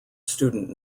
student